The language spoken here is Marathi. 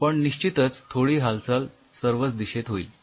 पण निश्चितच थोडी हालचाल सर्वच दिशेत होईल